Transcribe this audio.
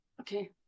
Okay